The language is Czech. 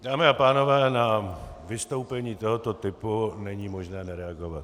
Dámy a pánové, na vystoupení tohoto typu není možné nereagovat.